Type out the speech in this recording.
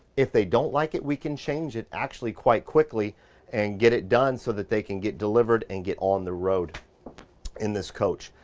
if they don't like it, we can change it actually quite quickly and get it done so that they can get delivered and get on the road in this coach.